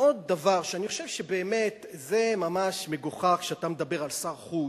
ועוד דבר שאני חושב באמת שזה ממש מגוחך כשאתה מדבר על שר חוץ,